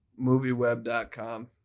MovieWeb.com